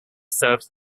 serves